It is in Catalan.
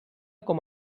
com